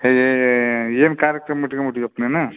ಹೇ ಏನು ಕಾರ್ಯಕ್ರಮ ಇಟ್ಕೊಂಬಿಟ್ಟಿಯಪ್ಪ ನೀನು